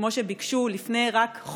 כמו שביקשו רק לפני חודש,